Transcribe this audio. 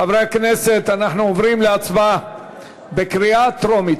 חברי הכנסת, אנחנו עוברים להצבעה בקריאה טרומית.